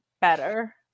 better